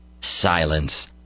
silence